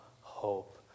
hope